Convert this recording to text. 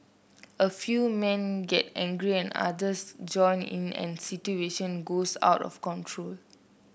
a few men get angry and others join in and situation goes out of control